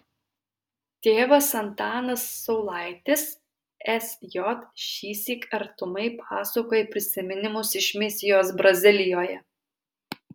tėvas antanas saulaitis sj šįsyk artumai pasakoja prisiminimus iš misijos brazilijoje